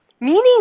meaning